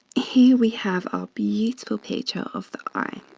here, we have our beautiful picture of the eye.